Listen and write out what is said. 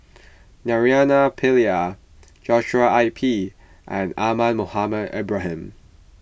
Naraina Pillai Joshua I P and Ahmad Mohamed Ibrahim